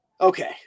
okay